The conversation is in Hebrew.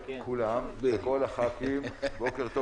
בוקר טוב